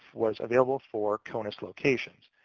was available for conus locations.